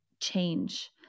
change